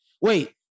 Wait